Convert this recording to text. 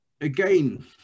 again